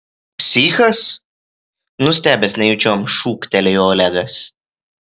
psichas nustebęs nejučiom šūktelėjo olegas